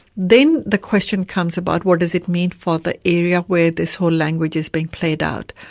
then the question comes about, what does it mean for the area where this whole language is being played out?